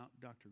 Dr